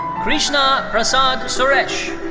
krishna prasad suresh.